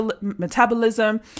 metabolism